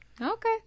Okay